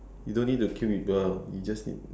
you don't need to kill people you just need